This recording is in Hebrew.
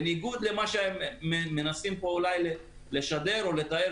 בניגוד למה שמנסים פה לשדר או לתאר